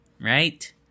Right